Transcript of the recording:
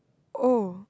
oh